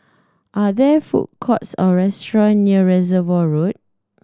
are there food courts or restaurant near Reservoir Road